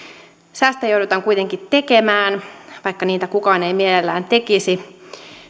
säästöjä joudutaan kuitenkin tekemään vaikka niitä kukaan ei mielellään tekisi